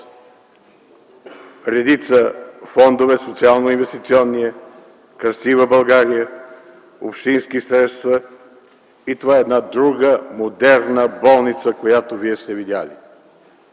редица фондове – Социалноинвестиционния, „Красива България”, общински средства и това е една друга, модерна болница, която Вие сте видели.